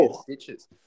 stitches